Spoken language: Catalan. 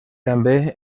també